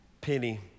Penny